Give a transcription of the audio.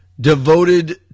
devoted